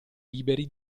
liberi